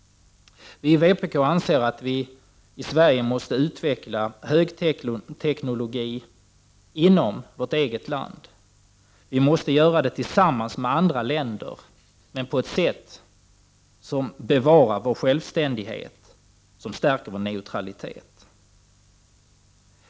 Vi i vpk anser att Sverige måste utveckla högteknologi inom landet. Sverige måste göra det tillsammans med andra länder på ett sätt som bevarar Sveriges självständighet och stärker neutraliteten.